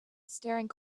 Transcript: staring